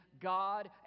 God